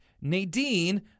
Nadine